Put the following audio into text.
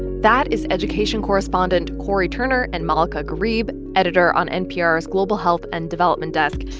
that is education correspondent cory turner and malaka gharib, editor on npr's global health and development desk.